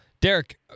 Derek